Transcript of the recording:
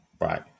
Right